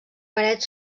paret